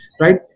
right